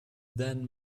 then